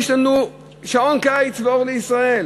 יש לנו שעון קיץ ואור לישראל.